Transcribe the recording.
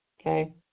Okay